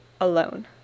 alone